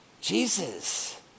Jesus